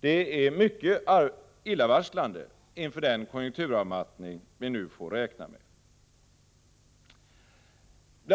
Detta är mycket illavarslande inför den konjunkturavmattning vi nu får räkna med. Bl.